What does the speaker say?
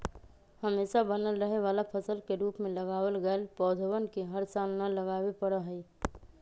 हमेशा बनल रहे वाला फसल के रूप में लगावल गैल पौधवन के हर साल न लगावे पड़ा हई